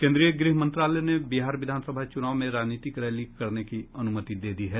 केन्द्रीय गृह मंत्रालय ने बिहार विधान सभा चुनाव में राजनीतिक रैली करने की अनुमति दे दी है